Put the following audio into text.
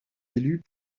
élus